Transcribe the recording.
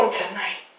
tonight